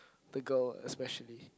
the girl especially